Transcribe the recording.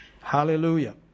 Hallelujah